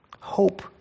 Hope